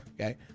Okay